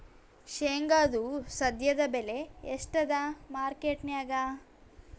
ಶೇಂಗಾದು ಸದ್ಯದಬೆಲೆ ಎಷ್ಟಾದಾ ಮಾರಕೆಟನ್ಯಾಗ?